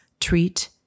treat